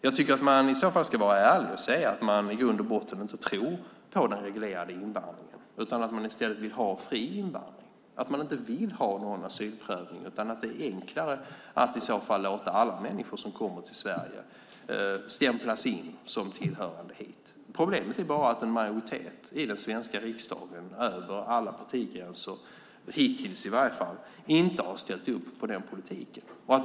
Jag tycker att man i så fall ska vara ärlig och säga att man i grund och botten inte tror på den reglerade invandringen utan att man i stället vill ha fri invandring, att man inte vill ha någon asylprövning utan att det är enklare att i så fall låta alla människor som kommer till Sverige stämplas in som tillhörande här. Problemet är bara att en majoritet i den svenska riksdagen över alla partigränser, hittills i varje fall, inte har ställt upp på den politiken.